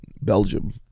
Belgium